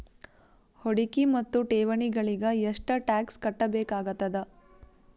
ಹೂಡಿಕೆ ಮತ್ತು ಠೇವಣಿಗಳಿಗ ಎಷ್ಟ ಟಾಕ್ಸ್ ಕಟ್ಟಬೇಕಾಗತದ?